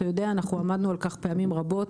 אתה יודע, אנחנו עמדנו על-כך פעמים רבות.